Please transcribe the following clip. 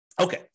Okay